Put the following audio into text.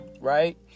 right